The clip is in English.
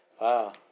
wow